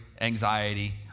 anxiety